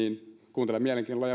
kuuntelen mielenkiinnolla